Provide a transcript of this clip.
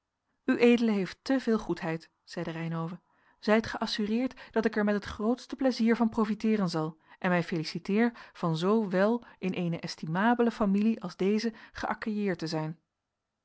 ued heeft te veel goedheid zeide reynhove zijt geassureerd dat ik er met het grootste plaisir van profiteeren zal en mij feliciteer van zoo wèl in eene estimabele familie als deze geaccueilleerd te zijn